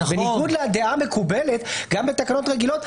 בניגוד לדעה המקובלת גם בתקנות רגילות,